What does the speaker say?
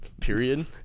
period